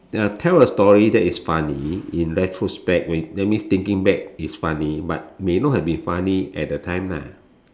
ya tell a story that is funny in retrospect when that means thinking back is funny but may not have been funny at that time ah